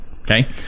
Okay